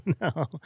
No